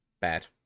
bad